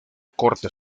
corte